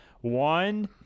One